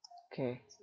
K